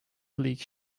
bleak